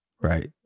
Right